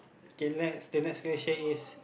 K next the next question is